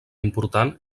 important